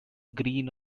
green